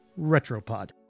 Retropod